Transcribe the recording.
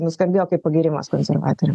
nuskambėjo kaip pagyrimas konservatoriam